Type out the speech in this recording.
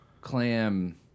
clam